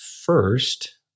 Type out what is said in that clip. first